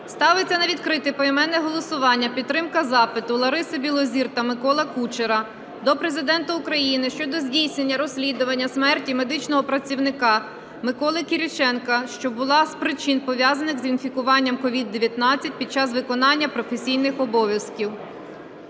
Ставиться на відкрите поіменне голосування підтримка запиту Лариси Білозір та Миколи Кучера до Президента України щодо здійснення розслідування смерті медичного працівника Миколи Кіріченка, що була з причин, пов'язаних з інфікуванням COVID-19 під час виконання професійних обов'язків.